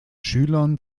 schülern